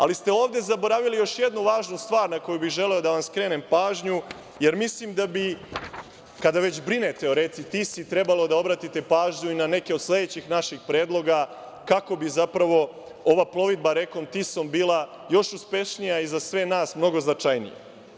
Ali ste ovde zaboravili još jednu važnu stvar na koju bih želeo da vam skrenem pažnju, jer mislim, kada već brinete o reci Tisi trebalo da obratite pažnju i na neke od sledećih naših predloga, kako bi zapravo ova plovidba rekom Tisom bila joj uspešnija i za sve nas mnogo značajnija.